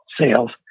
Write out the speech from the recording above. sales